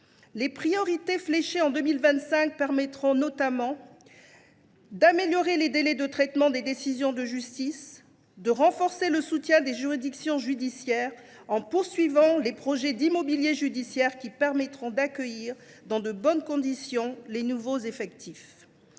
Les priorités fléchées en 2025 auront notamment pour effet d’améliorer les délais de traitement des décisions de justice et de renforcer le soutien des juridictions judiciaires, en poursuivant les projets d’immobilier judiciaires, qui permettront d’accueillir dans de bonnes conditions les nouveaux effectifs.